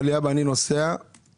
אמר לי 'אבא, אני נוסע באוטובוס.